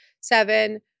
seven